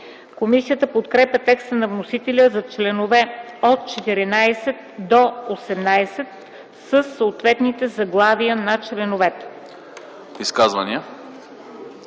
Комисията подкрепя текста на вносителя за членове от 14 до 18 със съответните заглавия на членовете.